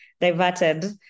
diverted